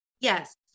Yes